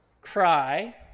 cry